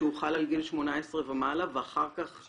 כשהוא חל על גיל 18 ומעלה ואחר כך,